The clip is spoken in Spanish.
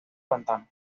pantanos